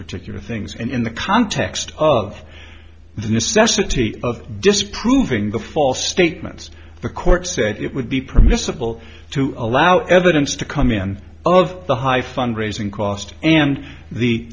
particular things and in the context of the necessity of disproving the false statements the court said it would be permissible to allow evidence to come in of the high fund raising costs and the